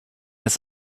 ist